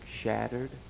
shattered